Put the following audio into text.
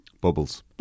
Bubbles